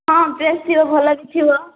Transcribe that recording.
ହଁ ଡ୍ରେସ୍ ଥିବ ଭଲ ବି ଥିବ